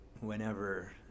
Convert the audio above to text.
whenever